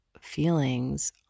feelings